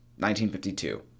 1952